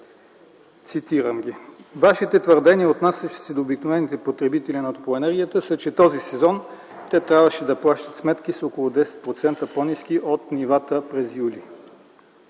Цитирам ги. Вашите твърдения, отнасящи се до обикновените потребители на топлоенергията, са, че в този сезон те трябваше да плащат сметки с около 10% по-ниски от нивата през юли.